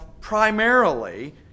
primarily